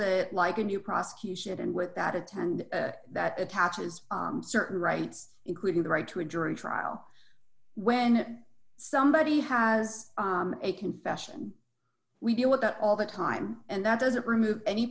it like a new prosecution and with that attend that attaches certain rights including the right to a jury trial when somebody has a confession we deal with that all the time and that doesn't remove any